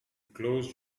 close